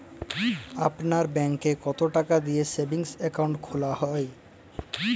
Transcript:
আপনার ব্যাংকে কতো টাকা দিয়ে সেভিংস অ্যাকাউন্ট খোলা হয়?